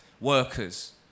workers